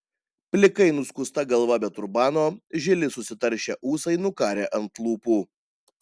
plikai nuskusta galva be turbano žili susitaršę ūsai nukarę ant lūpų